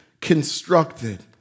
constructed